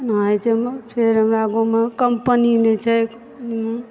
एना होइ छै ओहिमे फेर हमरा गाँव शमे कंपनी नहि छै